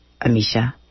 Amisha